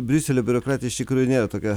briuselio biurokratija iš tikrųjų nėra tokia